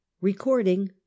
Recording